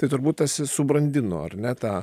tai turbūt tas ir subrandino ar ne tą